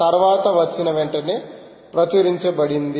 తర్వాత వచ్చిన వెంటనే ప్రచురించబడింది